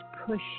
push